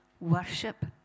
worship